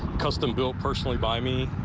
custom build personally by me.